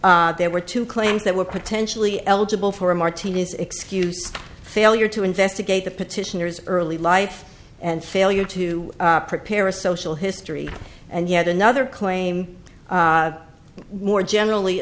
b there were two claims that were potentially eligible for a martinez excuse failure to investigate the petitioners early life and failure to prepare a social history and yet another claim more generally